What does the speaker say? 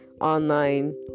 online